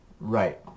Right